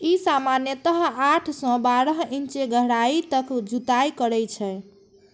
ई सामान्यतः आठ सं बारह इंच गहराइ तक जुताइ करै छै